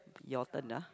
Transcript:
your turn ah